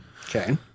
Okay